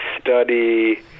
study